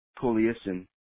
coalition